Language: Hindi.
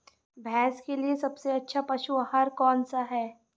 भैंस के लिए सबसे अच्छा पशु आहार कौन सा है?